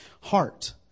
heart